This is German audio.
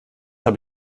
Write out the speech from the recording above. habe